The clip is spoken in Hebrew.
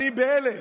אני בהלם.